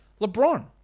LeBron